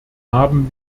haben